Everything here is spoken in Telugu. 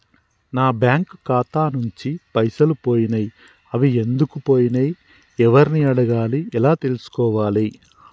నా బ్యాంకు ఖాతా నుంచి పైసలు పోయినయ్ అవి ఎందుకు పోయినయ్ ఎవరిని అడగాలి ఎలా తెలుసుకోవాలి?